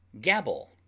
gabble